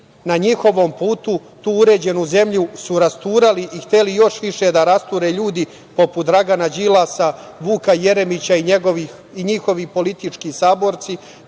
na njihovom putu tu uređenu zemlju su rasturali i hteli još više da rasture ljudi poput Dragana Đilasa, Vuka Jeremića i njihovi politički saborci